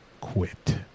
quit